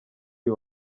uyu